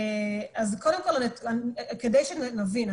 אז קודם כל כדי שנבין,